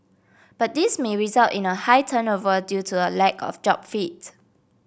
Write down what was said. but this may result in a high turnover due to a lack of job fit